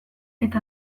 eta